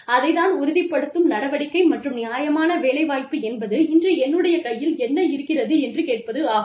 அதைத்தான் உறுதிப்படுத்தும் நடவடிக்கை மற்றும் நியாயமான வேலை வாய்ப்பு என்பது இன்று என்னுடைய கையில் என்ன இருக்கிறது என்று கேட்பது ஆகும்